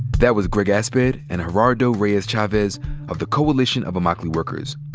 that was greg asbed and gerardo reyes chavez of the coalition of immokalee workers.